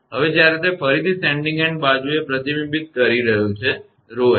હવે જ્યારે તે ફરીથી સેન્ડીંગ એન્ડ બાજુને પ્રતિબિંબિત કરી રહ્યું છે 𝜌𝑠